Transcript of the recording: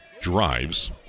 drives